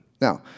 Now